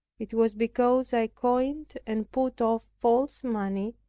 it was because i coined, and put off false money,